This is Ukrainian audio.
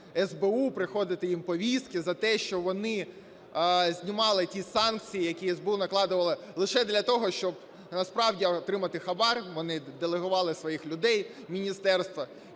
приходити їм повістки за те, що вони знімали ті санкції, які СБУ накладала лише для того, щоб насправді отримати хабар, вони делегували своїх людей в міністерства.